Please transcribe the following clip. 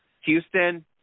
Houston